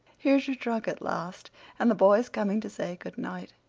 here's your trunk at last and the boys coming to say good night.